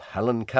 Helen